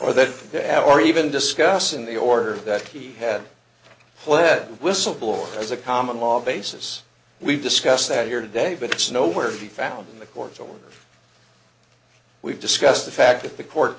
that the al or even discuss in the order that he had pled whistleblower as a common law basis we've discussed that here today but it's nowhere to be found in the courts or we've discussed the fact that the court